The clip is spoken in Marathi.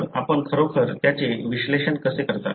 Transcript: तर आपण खरोखर त्याचे विश्लेषण कसे करता